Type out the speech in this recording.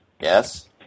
Yes